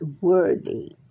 worthy